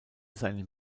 seinen